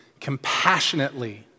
compassionately